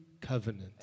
covenant